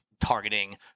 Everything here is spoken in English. targeting